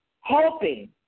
hoping